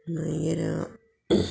मागीर